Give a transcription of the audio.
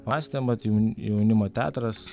mąstėm vat jaun jaunimo teatras